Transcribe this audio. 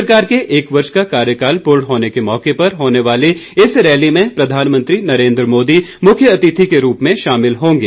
राज्य सरकार के एक वर्ष का कार्यकाल पूर्ण होने के मौके पर होने वाली इस रैली में प्रधानमंत्री नरेन्द्र मोदी मुख्य अतिथि के रूप में शामिल होंगे